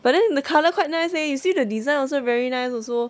but then the colour quite nice leh you see the design also very nice also